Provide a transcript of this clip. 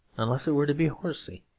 unless it were to be horsy.